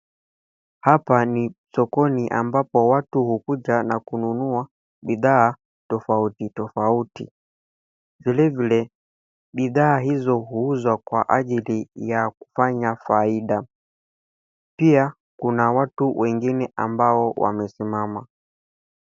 Hapa ni sokoni ambapo watu hukuja na kununua bidhaa tofauti tofauti. Vilevile bidhaa hizo huuzwa kwa ajili ya kufanya faida. Pia kuna watu wengine ambao wamesimama.